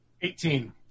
Eighteen